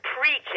preaching